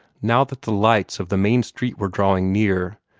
now that the lights of the main street were drawing near,